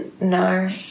no